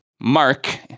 Mark